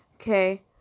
okay